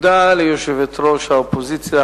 תודה ליושבת-ראש האופוזיציה,